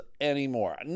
anymore